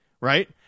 right